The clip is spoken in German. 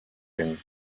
hin